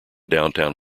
downtown